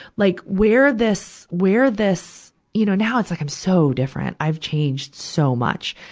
like where this, where this you know, now it's like i'm so different. i've changed so much.